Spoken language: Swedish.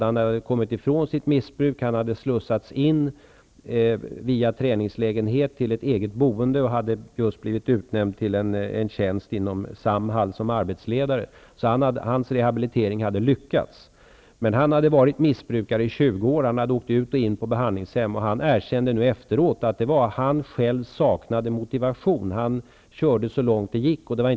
Han hade kommit ifrån sitt missbruk, hade slussats in via träningslägenhet till ett eget boende och hade just fått en tjänst inom Samhall som arbetsledare. Hans rehabilitering hade alltså lyckats. Han hade emellertid varit missbrukare i 20 år och åkt ut och in på behandlingshem. Nu efteråt erkände han själv att han hade saknat motivation och att han hade fortsätt så länge som möjligt.